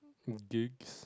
gigs